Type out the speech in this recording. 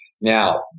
Now